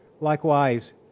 likewise